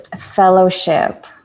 fellowship